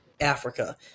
Africa